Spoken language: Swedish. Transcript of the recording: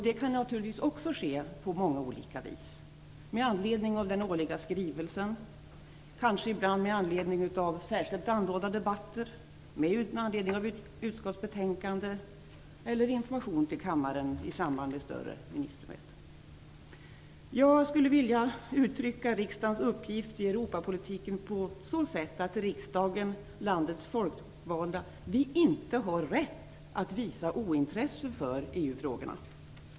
Det kan ske på många olika vis. Det kan vara med anledning av den årliga skrivelsen, kanske ibland i särskilt anordnade debatter, med anledning av utskottsbetänkanden eller information till kammaren i samband med större ministermöten. Jag skulle vilja uttrycka riksdagens uppgift i Europapolitiken på så sätt att riksdagen, landets folkvalda, inte har rätt att visa ointresse för EU frågorna.